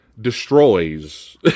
destroys